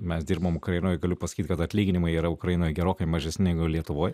mes dirbom ukrainoj galiu pasakyt kad atlyginimai yra ukrainoje gerokai mažesni negu lietuvoj